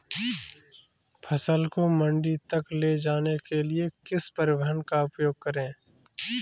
फसल को मंडी तक ले जाने के लिए किस परिवहन का उपयोग करें?